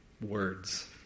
Words